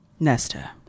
Nesta